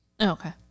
Okay